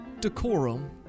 decorum